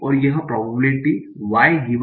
और यह probability y